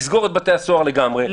נסגור את בתי הסוהר לגמרי,